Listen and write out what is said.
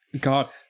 God